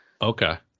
Okay